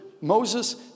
Moses